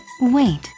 Wait